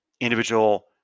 individual